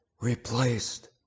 replaced